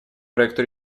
проекту